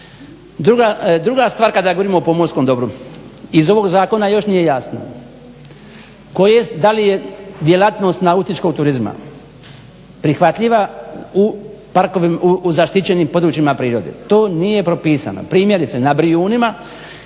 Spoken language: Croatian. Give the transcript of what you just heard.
Druga stvar kada govorimo o pomorskom dobru. Iz ovog zakona još nije jasno da li je djelatnost nautičkog turizma u zaštićenim područjima prirode. To nije propisano. Primjerice na Brijunima